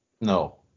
No